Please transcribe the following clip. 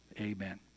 amen